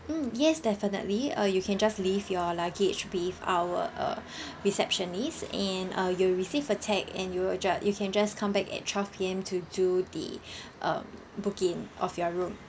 mm yes definitely uh you can just leave your luggage with our uh receptionist and uh you'll receive a tag and you'll just you can just come back at twelve P_M to do the uh booking of your room